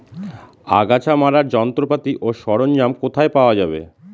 আগাছা মারার যন্ত্রপাতি ও সরঞ্জাম কোথায় পাওয়া যাবে?